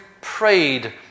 prayed